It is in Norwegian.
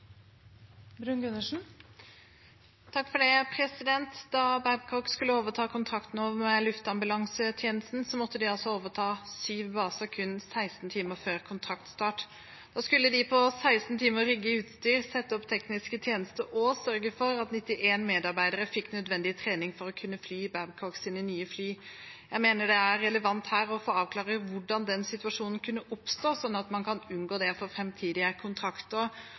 Da Babcock skulle overta kontrakten om luftambulansetjenesten, måtte de overta 7 baser kun 16 timer før kontraktsstart. Da skulle de på 16 timer rigge til utstyr, sette opp tekniske tjenester og sørge for at 91 medarbeidere fikk nødvendig trening for å kunne fly Babcocks nye fly. Jeg mener det er relevant å få avklart hvordan den situasjonen kunne oppstå, slik at man kan unngå det for framtidige kontrakter.